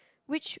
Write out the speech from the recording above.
which